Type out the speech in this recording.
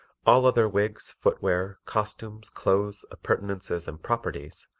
all other wigs, footwear, costumes, clothes, appurtenances and properties,